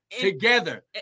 together